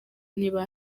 niba